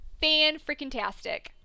fan-freaking-tastic